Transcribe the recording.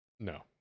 No